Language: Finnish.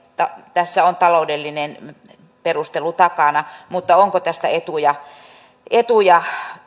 tässä on taloudellinen perustelu takana mutta onko tästä joitain muitakin etuja